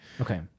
Okay